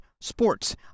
sports